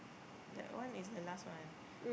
that one is the last one